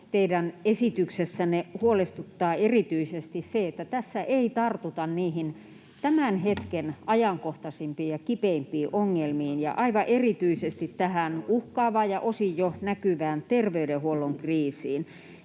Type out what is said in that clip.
teidän esityksessänne huolestuttaa erityisesti se, että tässä ei tartuta niihin tämän hetken ajankohtaisimpiin ja kipeimpiin ongelmiin ja aivan erityisesti tähän uhkaavaan ja osin jo näkyvään terveydenhuollon kriisiin,